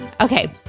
okay